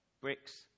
bricks